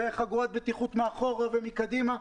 חגורת בטיחות מאחור ומקדימה.